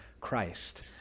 Christ